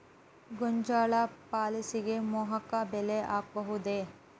ಗೋಂಜಾಳ ಫಸಲಿಗೆ ಮೋಹಕ ಬಲೆ ಹಾಕಬಹುದೇ?